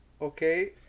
Okay